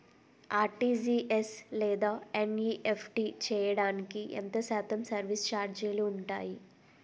RTGS లేదా NEFT చేయడానికి ఎంత శాతం సర్విస్ ఛార్జీలు ఉంటాయి?